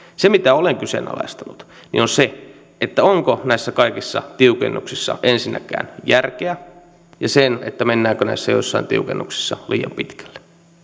se mitä olen kyseenalaistanut on se onko näissä kaikissa tiukennuksissa ensinnäkään järkeä ja se mennäänkö näissä jossain tiukennuksissa liian pitkälle